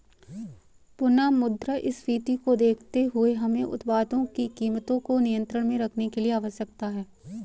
पुनः मुद्रास्फीति को देखते हुए हमें उत्पादों की कीमतों को नियंत्रण में रखने की आवश्यकता है